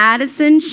Madison